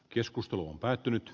keskustelu on päättynyt